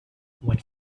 when